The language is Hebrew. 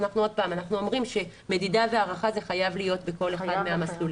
אנחנו אומרים שמדידה והערכה חייבים להיות בכל אחד מהמסלולים.